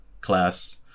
class